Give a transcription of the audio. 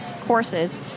Courses